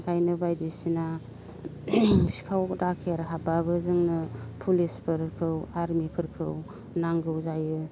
ओंखायनो बायदिसिना सिखाव दाखेर हाबब्लाबो जोंनो पुलिसफोरखौ आरमिफोरखौ नांगौ जायो